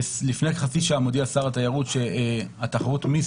לפני חצי שעה הודיע שר התיירות שתחרות מיס